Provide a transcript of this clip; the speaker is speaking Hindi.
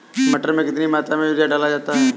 मटर में कितनी मात्रा में यूरिया डाला जाता है?